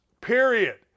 Period